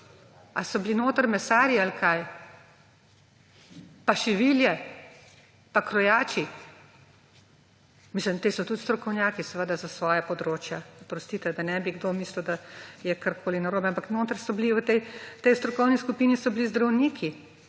Ali so bili notri mesarji ali kaj? Pa šivilje pa krojači? Ti so tudi strokovnjaki seveda za svoja področja. Oprostite, da ne bi kdo mislil, da je karkoli narobe. Ampak v tej strokovni skupini so bili zdravniki.